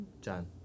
John